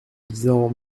lisant